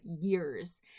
years